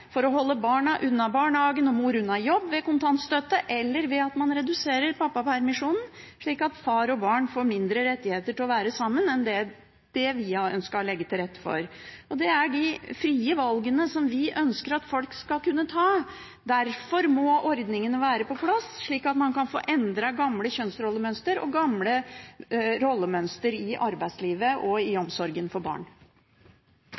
reduserer pappapermisjonen, slik at far og barn får mindre rettigheter til å være sammen enn det vi har ønsket å legge til rette for. Det er de frie valgene vi ønsker at folk skal kunne ta. Derfor må ordningene være på plass, slik at man kan få endret gamle kjønnsrollemønstre og gamle rollemønstre i arbeidslivet og i